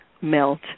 melt